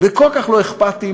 וכל כך לא אכפתיים,